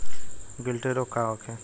गिलटी रोग का होखे?